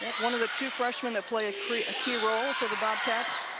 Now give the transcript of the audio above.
one of the two freshmen that play a key key role for the bobcats.